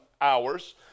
hours